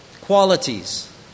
qualities